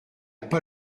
pas